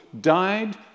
died